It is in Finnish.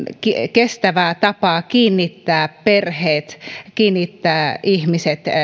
kestävä tapa kiinnittää perheet kiinnittää ihmiset